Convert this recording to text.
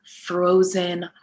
frozen